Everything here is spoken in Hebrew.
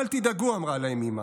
אל תדאגו, אמרה להם אימא,